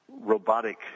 robotic